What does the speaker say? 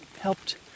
helped